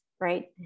right